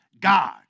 God